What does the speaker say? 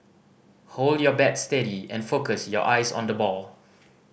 hold your bat steady and focus your eyes on the ball